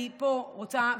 אני רוצה,